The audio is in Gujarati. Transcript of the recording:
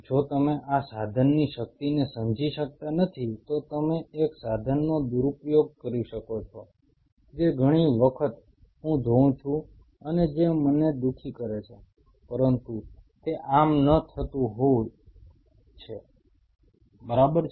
જો તમે આ સાધનની શક્તિને સમજી શકતા નથી તો તમે એક સાધનનો દુરુપયોગ કરી શકો છો જે ઘણી વખત હું જોઉં છું અને જે મને દુખી કરે છે પરંતુ તે આમ જ થતું હોય છે બરાબર છે